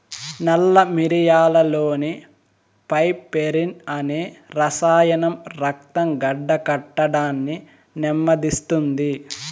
నల్ల మిరియాలులోని పైపెరిన్ అనే రసాయనం రక్తం గడ్డకట్టడాన్ని నెమ్మదిస్తుంది